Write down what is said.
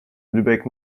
lübeck